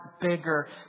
bigger